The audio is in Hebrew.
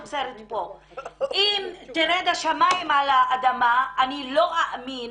אם ירדו השמיים על האדמה אני לא אאמין